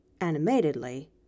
animatedly